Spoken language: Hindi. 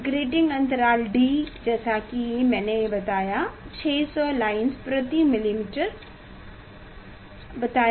ग्रेटिंग अंतराल d जैसा कि मैंने बताया 600 लाइंस प्रति मिलीमीटर बताया